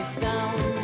sound